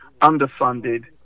underfunded